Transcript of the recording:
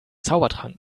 zaubertrank